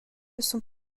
sont